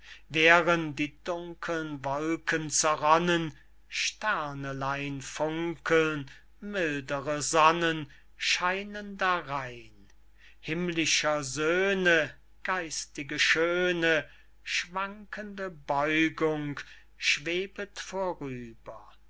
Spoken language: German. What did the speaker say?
die dunkeln wolken zerronnen sternelein funkeln mildere sonnen scheinen darein himmlischer söhne geistige schöne schwankende beugung schwebet vorüber